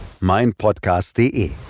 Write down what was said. meinpodcast.de